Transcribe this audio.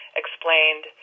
explained